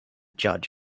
judge